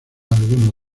alguno